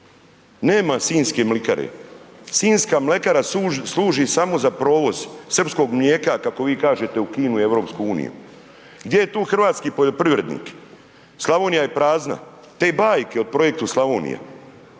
Nema sinjske mlikare, sinjska mlekara služi samo za provoz srpskog mlijeka kako vi kažete u Kinu i EU. Gdje je tu hrvatski poljoprivrednik? Slavonija je prazna, te bajke o projektu Slavonija,